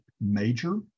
major